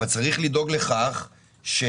אבל צריך לדאוג לכך ש